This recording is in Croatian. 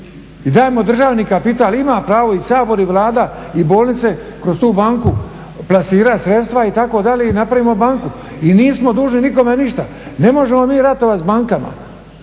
I dajmo državni kapital, ima pravo i Sabor i Vlada i bolnice kroz tu banku plasirat sredstva itd. i napravimo banku i nismo dužni nikome ništa. Ne možemo mi ratovat s bankama,